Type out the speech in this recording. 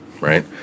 right